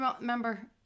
remember